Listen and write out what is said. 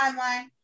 timeline